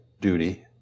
duty